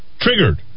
triggered